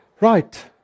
Right